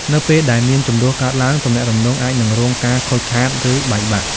នៅពេលដែលមានជម្លោះកើតឡើង ទំនាក់ទំនងអាចនឹងរងការខូចខាត ឬបែកបាក់។